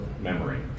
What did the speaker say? memory